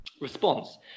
response